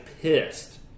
pissed